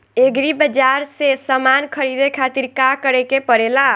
Agri बाज़ार से समान ख़रीदे खातिर का करे के पड़ेला?